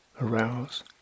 arouse